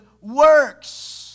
works